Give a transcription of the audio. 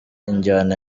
injyana